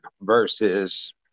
versus